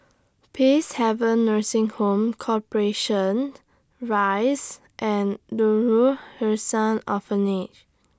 Peacehaven Nursing Home Corporation Rise and Darul Ihsan Orphanage